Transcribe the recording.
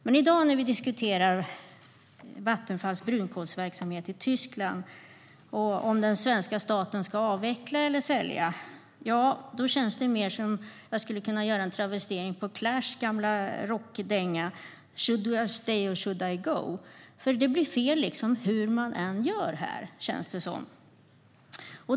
Men i dag, när vi diskuterar Vattenfalls brunkolsverksamhet i Tyskland och om den svenska staten ska avveckla eller sälja, känns det mer som att jag skulle kunna göra en travestering på Clashs gamla rockdänga Should I stay or should I go? Det blir fel hur man än gör här, känns det som.